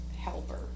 helper